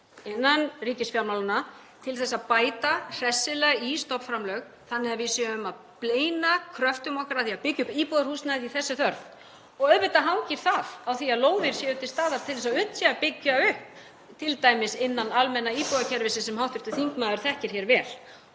innan ríkisfjármálanna til að bæta hressilega í stofnframlög þannig að við séum að beina kröftum okkar að því að byggja upp íbúðarhúsnæði, því að þess er þörf. Auðvitað hangir það á því að lóðir séu til staðar til að unnt sé að byggja upp t.d. innan almenna íbúðakerfisins sem hv. þingmaður þekkir vel.